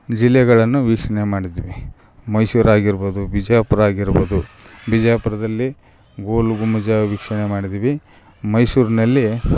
ಜಿಲ್ಲೆಗಳನ್ನು ವೀಕ್ಷಣೆ ಮಾಡಿದ್ದೀವಿ ಮೈಸೂರು ಆಗಿರ್ಬೋದು ಬಿಜಾಪುರ ಆಗಿರ್ಬೋದು ಬಿಜಾಪುರದಲ್ಲಿ ಗೋಲ್ಗುಮ್ಮಜ ವೀಕ್ಷಣೆ ಮಾಡಿದ್ದೀವಿ ಮೈಸೂರಿನಲ್ಲಿ